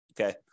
Okay